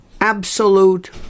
absolute